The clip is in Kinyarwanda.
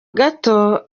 gato